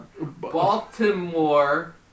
Baltimore